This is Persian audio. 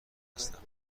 هستم